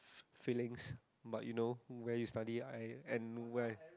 feelings but you know where you study I and where